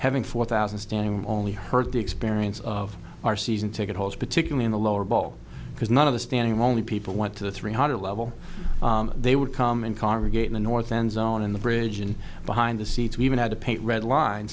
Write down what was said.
having four thousand standing room only hurt the experience of our season ticket holders particularly in the lower bowl because none of the standing room only people went to the three hundred level they would come in karma gate the north end zone in the bridge and behind the seats we even had to pay red line